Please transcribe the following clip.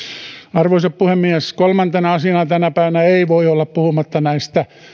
arvoisa puhemies kolmantena asiana tänä päivänä ei voi olla puhumatta näistä